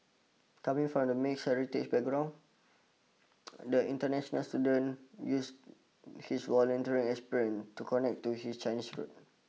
coming from a mixed heritage background the international student uses his volunteering experience to connect to his Chinese roots